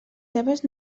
seves